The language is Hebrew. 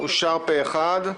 אושר פה אחד.